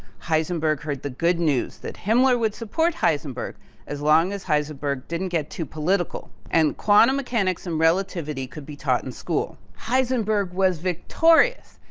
heisenberg heard the good news that himmler would support heisenberg as long as heisenberg didn't get too political. and quantum mechanics and relativity could be taught in school. heisenberg was victorious,